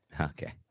Okay